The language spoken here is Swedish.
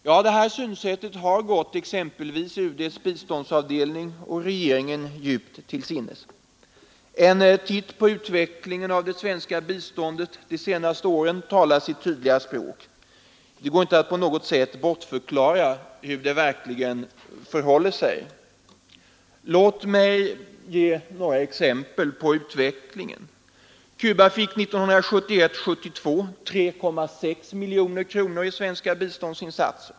Ja, detta synsätt har gått exempelvis UD:s biståndsavdelning och regeringen djupt till sinnes. En titt på utvecklingen av det svenska biståndet de senaste åren talar sitt tydliga språk. Det går inte att på något sätt bortförklara hur det verkligen förhåller sig. Låt mig ge några exempel på utvecklingen! Cuba fick 1971/72 3,6 miljoner kronor i svenska biståndsinsatser.